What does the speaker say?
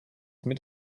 mit